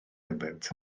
ynddynt